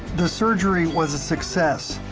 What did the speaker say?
the surgery was a success.